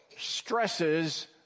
stresses